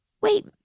Wait